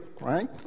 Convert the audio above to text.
right